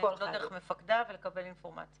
למדור בודדים לא דרך מפקדיו ולקבל אינפורמציה?